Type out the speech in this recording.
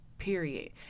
period